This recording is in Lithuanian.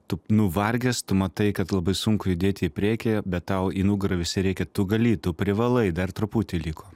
tu nuvargęs tu matai kad labai sunku judėt į priekį bet tau į nugarą visi rėkia tu gali tu privalai dar truputį liko